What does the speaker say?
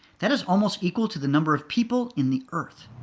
that is almost equal to the number of people in the earth.